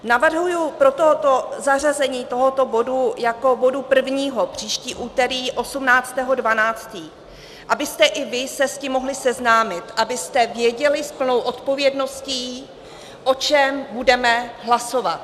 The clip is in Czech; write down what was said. Navrhuji proto zařazení tohoto bodu jako bodu prvního příští úterý 18. 12., abyste se i vy s tím mohli seznámit, abyste věděli s plnou odpovědností, o čem budeme hlasovat.